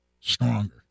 stronger